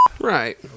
right